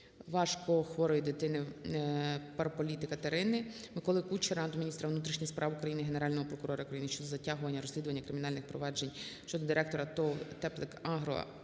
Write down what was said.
важко хворої дитини Парполіти Катерини. Миколи Кучера до міністра внутрішніх справ України, Генерального прокурора України щодо затягування розслідування кримінальних проваджень щодо директора ТОВ "Теплик-Агро"